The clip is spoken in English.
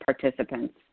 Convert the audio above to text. participants